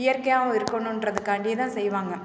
இயற்கையாகவும் இருக்கணுன்றதுக்காண்டி தான் செய்வாங்கள்